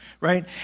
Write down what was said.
right